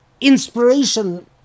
inspiration